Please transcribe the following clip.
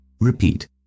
Repeat